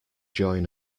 join